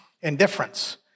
indifference